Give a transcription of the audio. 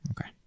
Okay